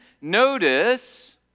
Notice